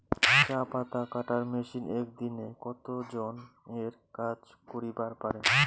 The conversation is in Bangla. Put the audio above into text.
চা পাতা কাটার মেশিন এক দিনে কতজন এর কাজ করিবার পারে?